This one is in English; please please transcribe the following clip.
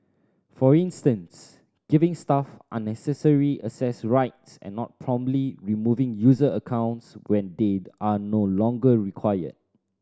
for instance giving staff unnecessary access rights and not promptly removing user accounts when they are no longer required